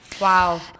Wow